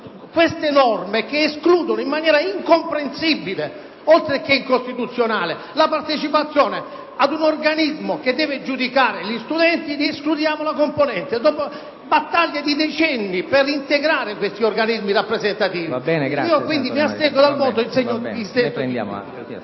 queste norme che escludono in maniera incomprensibile oltre che incostituzionale la partecipazione ad un organismo che deve giudicare gli studenti: escludiamo la loro componente dopo battaglie di decenni per integrare questi organismi rappresentativi. Per questi motivi, mi astengo dal voto